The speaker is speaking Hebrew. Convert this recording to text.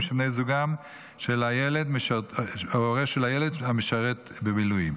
שבן זוגם או הורהו האחר של ילדיהם משרת במילואים.